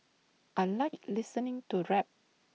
I Like listening to rap